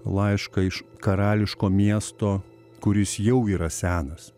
laišką iš karališko miesto kuris jau yra senas